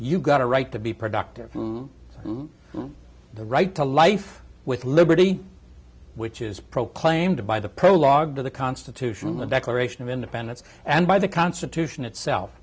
you've got a right to be productive the right to life with liberty which is proclaimed by the prologue to the constitution the declaration of independence and by the constitution itself